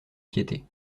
piété